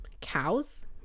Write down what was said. cows